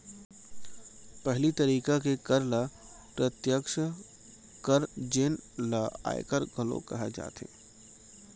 पहिली तरिका के कर ल प्रत्यक्छ कर जेन ल आयकर घलोक कहे जाथे